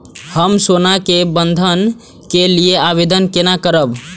हम सोना के बंधन के लियै आवेदन केना करब?